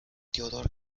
theodore